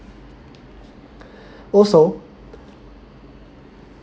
also